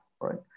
right